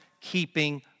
keeping